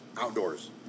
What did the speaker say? outdoors